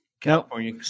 California